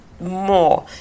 more